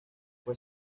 fue